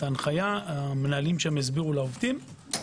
המנהלים יסבירו לעובדים,